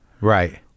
right